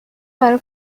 برا